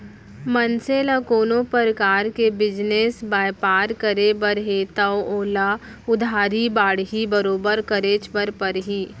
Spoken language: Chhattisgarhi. मनसे ल कोनो परकार के बिजनेस बयपार करे बर हे तव ओला उधारी बाड़ही बरोबर करेच बर परही